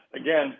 again